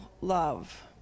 love